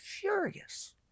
furious